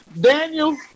Daniel